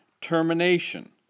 termination